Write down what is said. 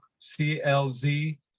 clz